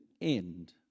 end